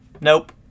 Nope